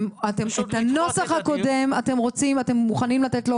שהנוסח הזה, אתם מוכנים לתת לו